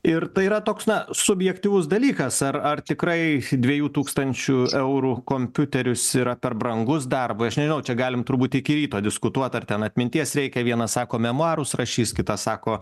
ir tai yra toks na subjektyvus dalykas ar ar tikrai dviejų tūkstančių eurų kompiuterius yra per brangus darbui aš nežinau čia galim turbūt iki ryto diskutuot ar ten atminties reikia vienas sako memuarus rašys kitas sako